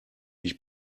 ich